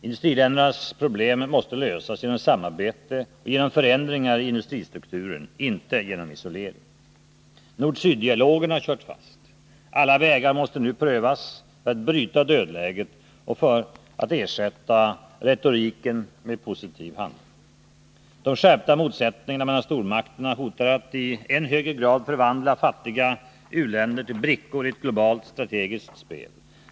Industriländernas problem måste lösas genom samarbete och genom förändringar i industristrukturen — inte genom isolering. Nord-syd-dialogen har kört fast. Alla vägar måste nu prövas för att bryta dödläget och för att ersätta retoriken med positiv handling. De skärpta motsättningarna mellan stormakterna hotar att i än högre grad förvandla fattiga u-länder till brickor i ett globalt strategiskt spel.